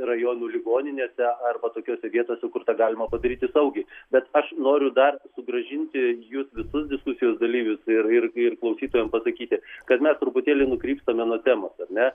rajonų ligoninėse arba tokiose vietose kur tą galima padaryti saugiai bet aš noriu dar sugrąžinti jus visus diskusijos dalyvius ir ir ir klausytojam pasakyti kad mes truputėlį nukrypstame nuo temos ar ne